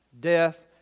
death